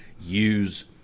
use